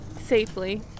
safely